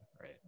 right